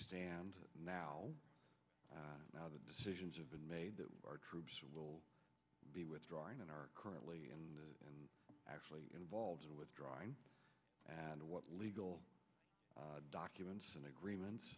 stand now now the decisions have been made that our troops will be withdrawing and are currently and actually involved in withdrawing and what legal documents and agreements